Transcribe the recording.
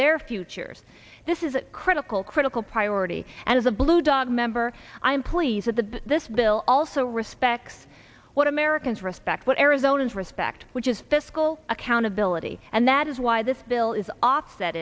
their futures this is a critical critical priority as a blue dog member i'm pleased with the this bill also respects what americans respect what arizona's respect which is fiscal accountability and that is why this bill is offset